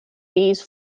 bees